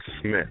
Smith